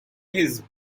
his